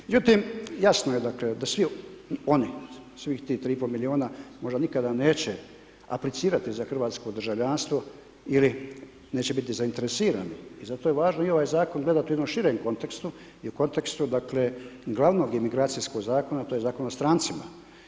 Međutim, jasno je dakle da svi oni, svih tih 3,5 milijuna možda nikada neće aplicirati za hrvatsko državljanstvo ili neće biti zainteresirani i zato je važno i ovaj zakon gledati u jednom širem kontekstu i u kontekstu dakle glavnog imigracijskog zakona a to je Zakon o strancima.